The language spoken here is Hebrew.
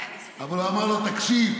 אבל הוא אמר לו: תקשיב,